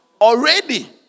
already